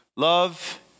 love